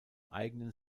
eigenen